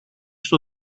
στο